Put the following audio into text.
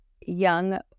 young